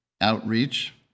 outreach